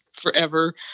forever